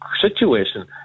situation